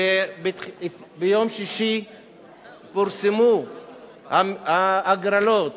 ביום שישי פורסמו ההגרלות